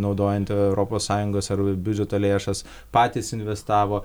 naudojant europos sąjungos ar biudžeto lėšas patys investavo